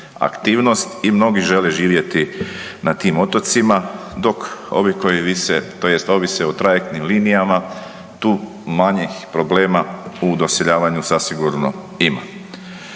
aktivnost i mnogi žele živjeti na tim otocima, dok ovi koji vise tj. ovise o trajektnim linijama tu manjih problema u doseljavanju zasigurno ima.